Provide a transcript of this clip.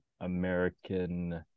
American